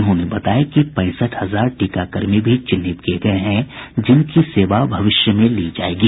उन्होंने बताया कि पैंसठ हजार टीकाकर्मी भी चिन्हित किये गये हैं जिनकी सेवा भविष्य में ली जायेगी